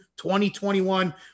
2021